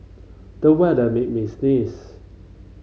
the weather made me sneeze